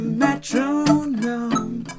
metronome